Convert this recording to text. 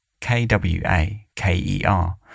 K-W-A-K-E-R